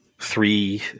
three